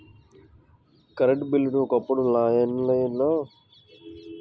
current బిల్లుని ఒకప్పుడు లైన్లో నిల్చొని కట్టేవాళ్ళం ఇప్పుడైతే ఫోన్ పే లేదా జీ పే ద్వారా కూడా చెల్లించొచ్చు